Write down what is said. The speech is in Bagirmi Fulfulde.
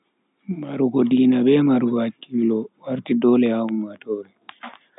Marugo diina be marugo hakkilo warti dole ha ummatoore